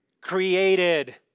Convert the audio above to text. Created